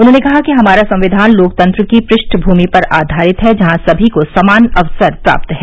उन्होंने कहा कि हमारा संविधान लोकतंत्र की पृष्ठभूमि पर आधारित है जहां सभी को समान अवसर प्राप्त है